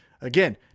again